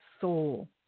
soul